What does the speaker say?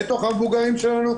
בתוך המבוגרים שלנו,